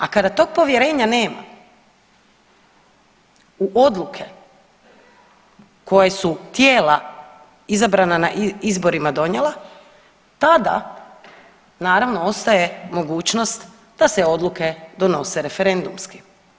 A kada tog povjerenja nema u odluke koje su tijela izabrana na izborima donijela tada naravno ostaje mogućnost da se odluke donose referendumski.